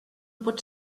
pot